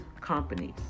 companies